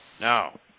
Now